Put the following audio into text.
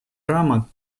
рамок